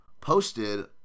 posted